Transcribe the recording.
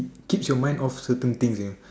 keeps your mind off certain things you